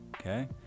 Okay